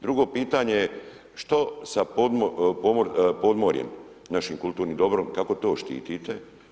Drugo pitanje je što sa podmorjem, našim kulturnim dobrom, kako to štitite?